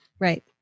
right